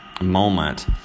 moment